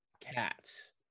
Cats